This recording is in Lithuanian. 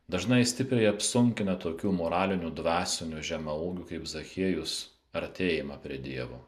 dažnai stipriai apsunkina tokių moralinių dvasinių žemaūgių kaip zachiejus artėjimą prie dievo